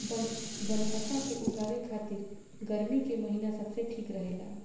बनफशा के उगावे खातिर गर्मी के महिना सबसे ठीक रहेला